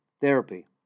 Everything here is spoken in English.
therapy